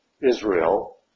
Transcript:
Israel